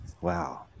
Wow